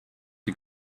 die